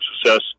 success